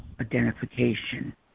identification